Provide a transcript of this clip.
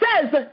says